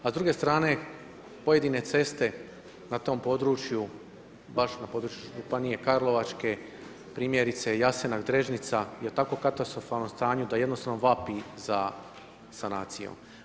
A s druge strane pojedine ceste na tom području, baš na području županije Karlovačke primjerice Jasenak Drežnica je u tako katastrofalnom stanju da jednostavno vapi za sanacijom.